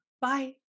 Bye